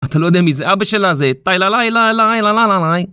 אתה לא יודע מי זה אבא שלה זה טיי ליי ליי ליי ליי ליי